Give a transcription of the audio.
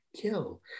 kill